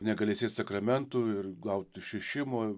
negalėsi eit sakramentų ir gaut išrišimo